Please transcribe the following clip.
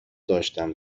داشتم